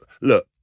look